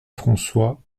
françois